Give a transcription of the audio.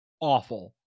awful